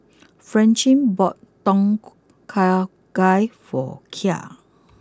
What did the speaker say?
Francine bought Tom Kha Gai for Kai